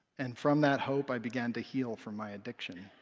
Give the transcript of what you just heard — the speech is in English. and from that hope, i began to heal from my addiction.